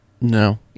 No